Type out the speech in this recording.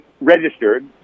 registered